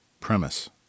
premise